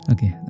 Okay